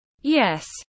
Yes